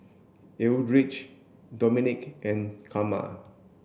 Eldridge Domonique and Karma